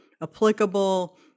applicable